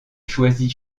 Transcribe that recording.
choisit